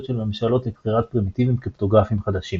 של ממשלות לבחירת פרימיטיבים קריפטוגרפיים חדשים